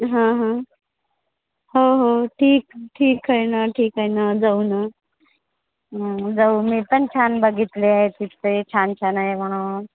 हो हो ठीक ठीक आहे ना ठीक आहे ना जाऊ ना जाऊ मी पण छान बघितले आहे तिथे छान छान आहे म्हणून